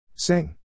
Sing